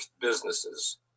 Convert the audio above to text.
businesses